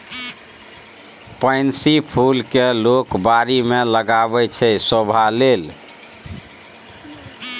pansy फुल केँ लोक बारी मे लगाबै छै शोभा लेल